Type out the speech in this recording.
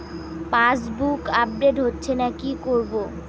Passbook update হচ্ছেনা কি করবো?